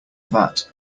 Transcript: vat